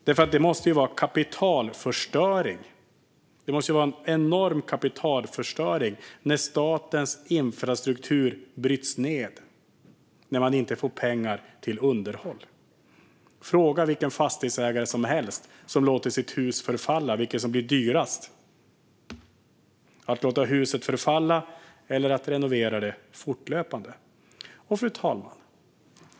Det måste ju vara en enorm kapitalförstöring när statens infrastruktur bryts ned för att man inte får pengar till underhåll. Fråga vilken fastighetsägare som helst som låter sitt hus förfalla vilket som blir dyrast - att låta huset förfalla eller att renovera det fortlöpande. Fru talman!